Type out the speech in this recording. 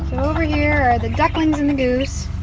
over here are the ducklings and the goose.